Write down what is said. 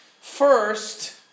First